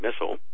missile